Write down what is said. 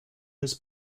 his